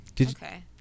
Okay